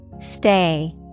Stay